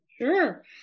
Sure